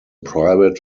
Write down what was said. private